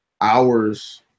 hours